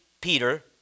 Peter